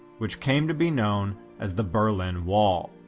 which came to be known as the berlin wall.